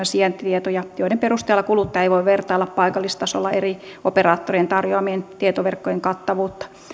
sijaintitietoja joiden perusteella kuluttaja ei voi vertailla paikallistasolla eri operaattorien tarjoamien tietoverkkojen kattavuutta